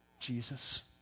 Jesus